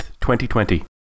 2020